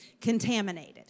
contaminated